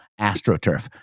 AstroTurf